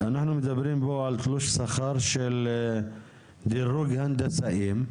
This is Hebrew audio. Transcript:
אנחנו מדברים פה על תלוש שכר של דרוג הנדסאים,